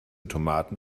tomaten